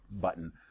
button